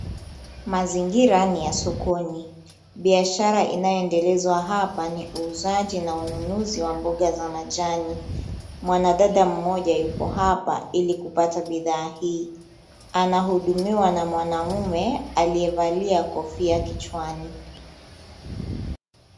Mazingira ni ya sokoni. Biashara inayoendelezwa hapa ni uuzaji na ununuzi wa mboga za majani. Mwanadada mmoja yuko hapa ili kupata bidhaa hii. Anahudumiwa na mwanamume aliyevalia kofia kichwani.